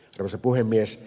arvoisa puhemies